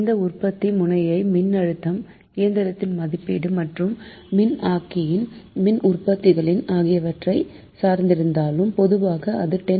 இந்த உற்பத்தி முனைய மின்னழுத்தம் இயந்திரத்தின் மதிப்பீடு மற்றும் மின் ஆக்கியின் மின் உற்பத்தித்திறன் ஆகியவற்றை சார்ந்திருந்தாலும் பொதுவாக அது 10